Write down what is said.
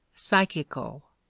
psychical.